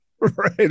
Right